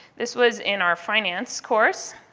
this was in our finance course.